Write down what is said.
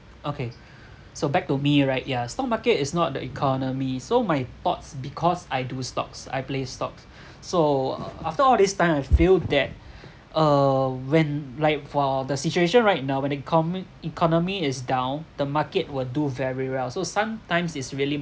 okay so back to me right yeah stock market is not the economy so my thoughts because I do stocks I play stocks so after all this time I feel that uh when like for the situation right now when the econom~ economy is down the market will do very well so sometimes it's really